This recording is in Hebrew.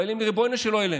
לריבוינו של עוילם,